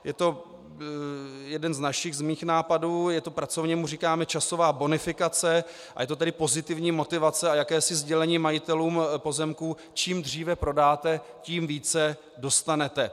Je to jeden z našich, z mých nápadů, pracovně mu říkáme časová bonifikace, a je to tedy pozitivní motivace a jakési sdělení majitelům pozemků: čím dříve prodáte, tím více dostanete.